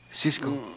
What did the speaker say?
Cisco